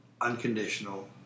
unconditional